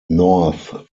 north